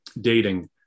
dating